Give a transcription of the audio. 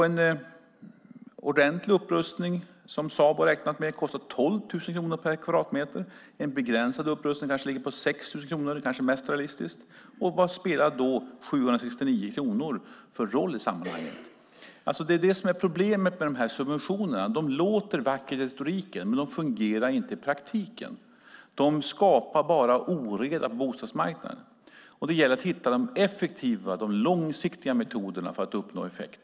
En ordentlig upprustning, som Sabo räknar med, kostar 12 000 kronor per kvadratmeter. En begränsad upprustning, vilket kanske är mest realistiskt, ligger på kanske 6 000 kronor. Vad spelar då 769 kronor för roll i sammanhanget? Det är det som är problemet med subventionerna. De låter vackra i retoriken, men de fungerar inte i praktiken. De skapar bara oreda på bostadsmarknaden. Det gäller i stället att hitta de effektiva, långsiktiga metoderna för att uppnå effekt.